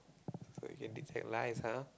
so you can detect lies !huh!